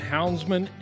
Houndsman